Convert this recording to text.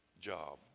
job